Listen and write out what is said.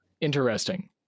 interesting